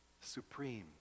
supreme